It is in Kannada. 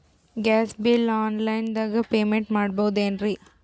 ಗ್ಯಾಸ್ ಬಿಲ್ ಆನ್ ಲೈನ್ ದಾಗ ಪೇಮೆಂಟ ಮಾಡಬೋದೇನ್ರಿ?